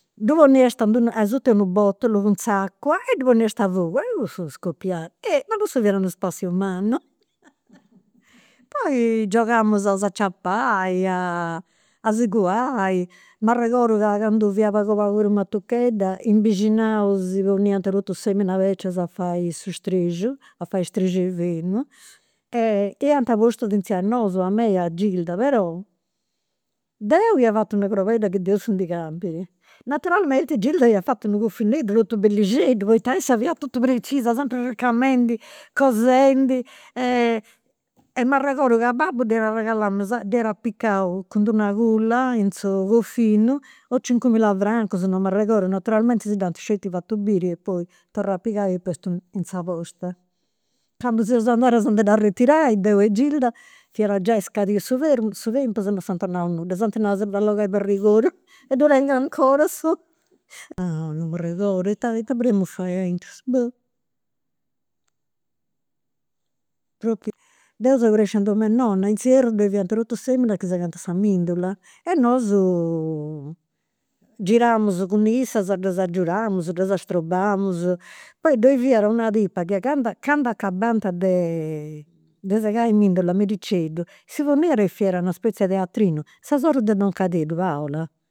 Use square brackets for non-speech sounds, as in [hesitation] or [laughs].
Ddu poniast asuta de unu botulu, cun s'acua e ddi poniast fogu e cussu scopiat. Eh ma cussu fiat unu spassiu mannu. [laughs] Poi giogamus a s'aciapai, a si cuai, m'arregodu ca candu fia pagu pagu prus matuchedda in bixinau si poniant totus is feminas becias a fai su strexiu, a fai [unintelligible] fenu. E iant postu finzas a nosu, a mei e a Gilda, però deu ia fatu una crobedda chi deus si ndi campidi, naturalmenti Gilda iat fatu unu cofineddu totu bellixeddu, poita issa fia totu prezisa, sempri ricamendi, cosendi. E m'arregodu ca babbu dd'arregalamu dd'iat apicau cun d'una culla in su cofinu cincu mila francus, non m'arregodu. Naturalmenti si dd'ant [unintelligible] fatu biri e poi torrau a pigai e postu in sa posta. Candu seus andadas a ndi dd'arretirai, deu e Gilda, fiat giai scadiu su [hesitation] tempus e non s'ant 'onau nudda, s'ant nau a dd'allogai po arregodu [laughs] e ddu tengu 'ncora su. [laughs] Non m'arregodu, ita ita podemus fai aintru, boh. Propriu, deu seu crescia in dom'e nonna, in s'ierru ddoi fiant totus is feminas chi segant sa mendula. E nosu giramus cun issas, ddas agiudamus, ddas strobamus. Poi ddoi fiat una tipa chi candu candu acabant de [hesitation] de segai mendula, a mericeddu, si poniat e fadiat una spezi'e teatrinu, sa sorri de don Cadeddu, Paola